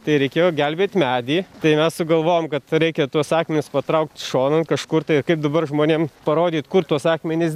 tai reikėjo gelbėt medį tai mes sugalvojom kad reikia tuos akmenis patraukt šonan kažkur tai kaip dabar žmonėm parodyt kur tuos akmenis